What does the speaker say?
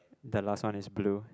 the last one is blue